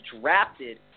drafted